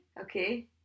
Okay